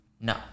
no